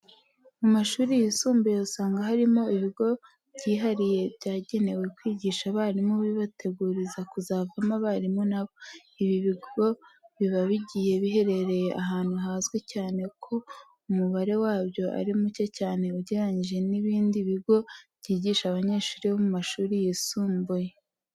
Mu mashuri yisumbuye usanga harimo ibigo byihariye byagenewe kwigisha abarimu bibateguriza kuzavamo abarimu na bo. Ibi bigo biba bigiye biherereye ahantu hazwi cyane ko umubare wabyo ari muke cyane ugereranyije n'ibindi bigo byigisha abanyeshuri bo mu mashuri yisumbuye.